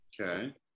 Okay